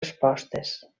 respostes